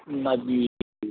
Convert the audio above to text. మాది